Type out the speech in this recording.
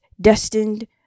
destined